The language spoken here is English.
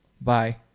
Bye